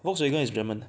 Volkswagen is German